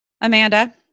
Amanda